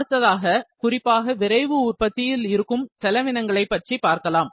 அடுத்ததாக குறிப்பாக விரைவு உற்பத்தியில் இருக்கும் செலவினங்களை பற்றி பார்க்கலாம்